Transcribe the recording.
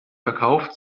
verkauft